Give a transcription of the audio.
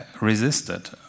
resisted